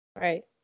right